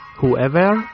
whoever